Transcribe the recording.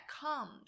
comes